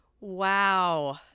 Wow